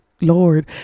Lord